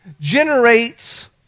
generates